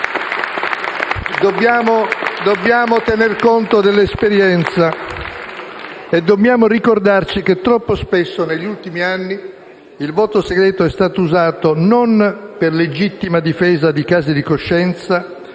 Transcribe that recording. Dobbiamo tenere conto dell'esperienza e ricordarci che troppo spesso, negli ultimi anni, il voto segreto è stato usato non per legittima difesa di casi di coscienza